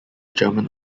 german